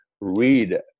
read